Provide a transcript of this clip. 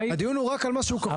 הדיון הוא רק על מה שהוא כפול.